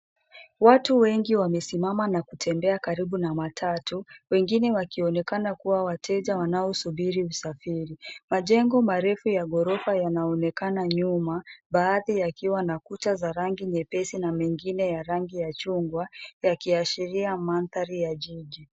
Watu wengi wamesimama na kutembea karibu na matatu, wengine wakionekana kuwa wateja wanaosubiri usafiri. Majengo marefu ya ghorofa yanaonekana nyuma, baadhi yakiwa na kuta za rangi nyepesi na mengine ya rangi ya chungwa, yakiashiria mandhari ya jiji.